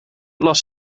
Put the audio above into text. las